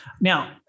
Now